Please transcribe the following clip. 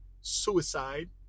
suicide